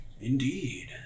Indeed